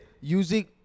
using